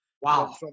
Wow